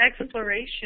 exploration